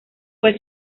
fue